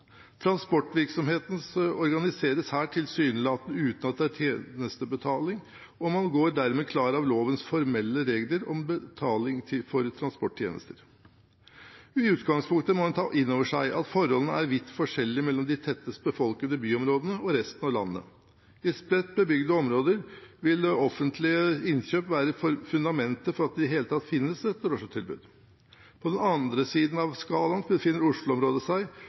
Transportvirksomheten organiseres her tilsynelatende uten at det er tjenestebetaling, og man går dermed klar av lovens formelle regler om betaling for transporttjenester. I utgangspunktet må en ta inn over seg at forholdene er vidt forskjellige mellom de tettest befolkede byområdene og resten av landet. I spredt bebygde områder vil offentlige innkjøp være fundamentet for at det i det hele tatt finnes et drosjetilbud. På den andre siden av skalaen befinner Oslo-området seg,